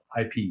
IP